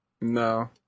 No